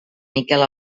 miquel